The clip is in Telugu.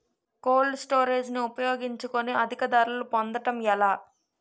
కోల్డ్ స్టోరేజ్ ని ఉపయోగించుకొని అధిక ధరలు పొందడం ఎలా?